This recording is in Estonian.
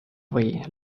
või